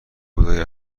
بودایی